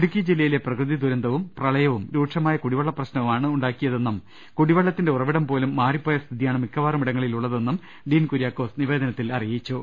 ഇടുക്കി ജില്ലയിലെ പ്രകൃതി ദുരന്തവും പ്രളയവും രൂക്ഷമായ കുടിവെള്ള പ്രശ്നമാണ് ഉണ്ടാക്കിയതെന്നും കുടിവെള്ളത്തിന്റെ ഉറവിടം പോലും മാറിപോയ സ്ഥിതിയാണ് മിക്കവാറും ഇടങ്ങളിൽ ഉള്ളതെന്നും ഡീൻ കുര്യാ ക്കോസ് നിവേദനത്തിൽ അറിയിച്ചു